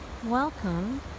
welcome